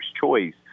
choice